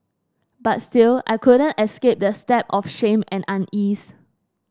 but still I couldn't escape the stab of shame and unease